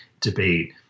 debate